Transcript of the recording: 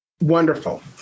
Wonderful